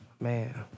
Man